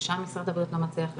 גם שם משרד הבריאות לא מצליח לכנס.